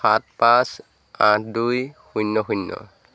সাত পাঁচ আঠ দুই শূন্য শূন্য